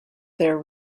their